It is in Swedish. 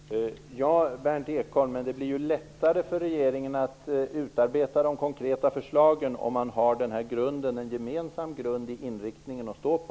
Herr talman! Ja, Berndt Ekholm, men det blir ju lättare för regeringen att utarbeta de konkreta förslagen, om man har en gemensam grund i inriktningen att stå på.